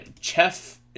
Chef